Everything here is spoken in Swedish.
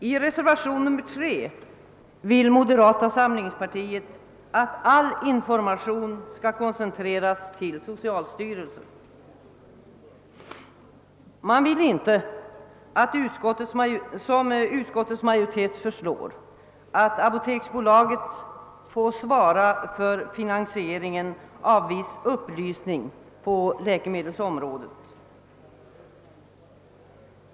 I reservationen 3 yrkar moderata samlingspartiet, att all information skall koncentreras till socialstyrelsen. Man vill inte, som utskottets majoritet föreslår, att apoteksbolaget skall få svara för finansieringen av viss upplysning på läkemedelsområdet.